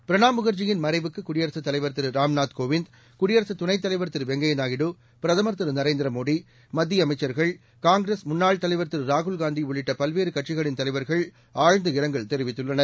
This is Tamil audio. பிரணாப் முக்ஜியின் மறைவுக்கு குடியரசுத் தலைவா் திரு ராம்நாத் கோவிந்த் குடியரசுதுணைத் தலைவா் திரு வெங்கையா நாயுடு பிரதமா் திரு நரேந்திரமோடி மத்திய அமைச்சா்கள் காங்கிரஸ் முன்னாள் தலைவர் திரு ராகுல்காந்தி உள்ளிட்ட பல்வேறு கட்சிகளின் தலைவர்கள் ஆழ்ந்த இரங்கல் தெரிவித்துள்ளனர்